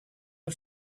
are